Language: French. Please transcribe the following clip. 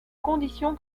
condition